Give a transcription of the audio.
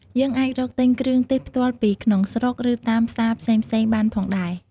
យើងអាចរកទិញគ្រឿងទេសផ្ទាល់ពីក្នុងស្រុក ឬតាមផ្សារផ្សេងៗបានផងដែរ។